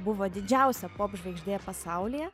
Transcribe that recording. buvo didžiausia popžvaigždė pasaulyje